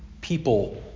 people